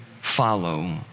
follow